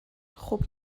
خوب